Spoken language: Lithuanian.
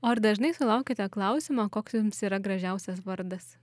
o ar dažnai sulaukiate klausimo koks jums yra gražiausias vardas